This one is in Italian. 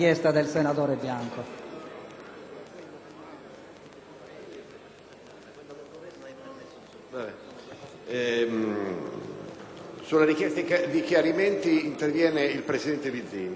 sulle richieste di chiarimenti interverrà il presidente Vizzini. Per quanto riguarda i pareri, gli